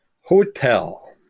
Hotel